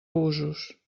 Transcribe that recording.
usos